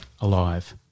alive